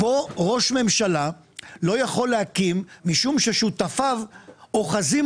כאן ראש ממשלה לא יכול להקים משום ששותפיו אוחזים